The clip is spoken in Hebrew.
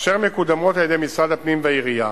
אשר מקודמות על-ידי משרד הפנים והעירייה,